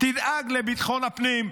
תדאג לביטחון הפנים.